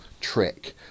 trick